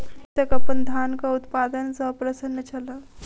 कृषक अपन धानक उत्पादन सॅ प्रसन्न छल